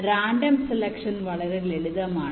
random selection വളരെ ലളിതമാണ്